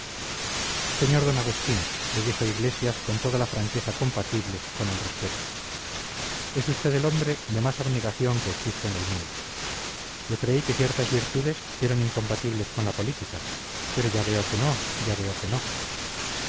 sr d agustín le dijo iglesias con toda la franqueza compatible con el respeto es usted el hombre de más abnegación que existe en el mundo yo creí que ciertas virtudes eran incompatibles con la política pero ya veo que no ya veo que no